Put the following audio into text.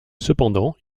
cependant